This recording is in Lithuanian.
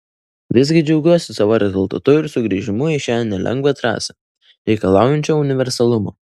visgi džiaugiuosi savo rezultatu ir sugrįžimu į šią nelengvą trasą reikalaujančią universalumo